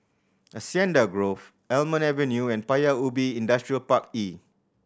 Hacienda Grove Almond Avenue and Paya Ubi Industrial Park E